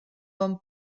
bon